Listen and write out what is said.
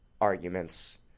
arguments